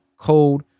Code